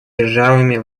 державами